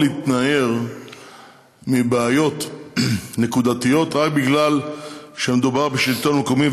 להתנער מבעיות נקודתיות רק מפני שמדובר בשלטון מקומי,